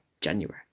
January